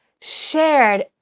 shared